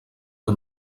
que